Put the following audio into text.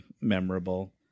memorable